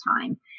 time